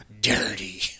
Dirty